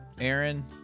Aaron